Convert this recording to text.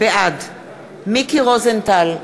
בעד מיקי רוזנטל,